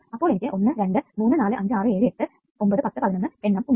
അപ്പോൾ എനിക്ക് 1 2 3 4 5 6 7 8 9 10 11 എണ്ണം ഉണ്ട്